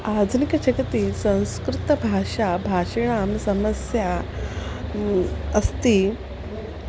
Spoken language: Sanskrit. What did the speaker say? आधुनिकजगति संस्कृतभाषाभाषिणां समस्या अस्ति